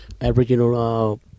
Aboriginal